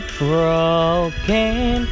broken